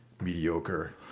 mediocre